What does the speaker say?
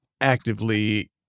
actively